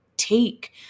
take